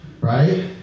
right